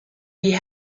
die